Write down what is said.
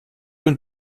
und